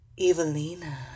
Evelina